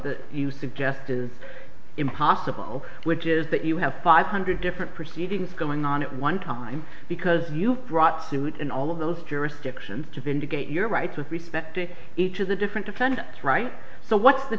that you suggest is impossible which is that you have five hundred different proceedings going on at one time because you've brought suit in all of those jurisdictions to vindicate your rights with respect to each of the different defend right so what's the